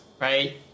right